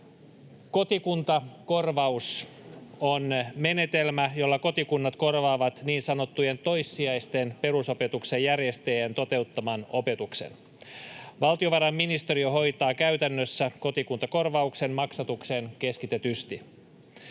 Kotikuntakorvaus on menetelmä, jolla kotikunnat korvaavat niin sanottujen toissijaisten perusopetuksen järjestäjien toteuttaman opetuksen. Valtiovarainministeriö hoitaa käytännössä kotikuntakorvauksen maksatuksen keskitetysti.